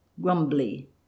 grumbly